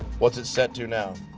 what's it set to now?